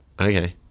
Okay